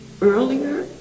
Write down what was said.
earlier